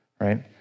right